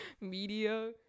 media